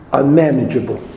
unmanageable